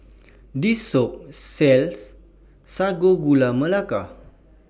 This Shop sells Sago Gula Melaka